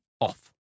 Off